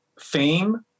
Fame